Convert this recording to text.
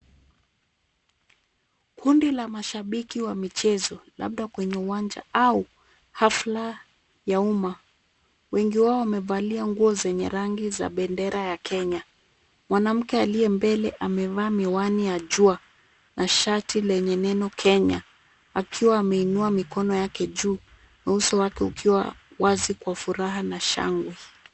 Kundi la mashabiki wa michezo labda kwenye uwanja au hafla ya umma. Wengi wao wamevalia nguo zenye rangi ya bendera ya Kenya. Mwanamke aliye mbele amevaa miwani ya jua na shati lenye neno Kenya. Akiwa ameinua mikono yake juu na uso wake ukiwa wazi kwa furaha na shangwe.